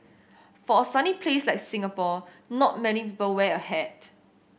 for a sunny place like Singapore not many people wear a hat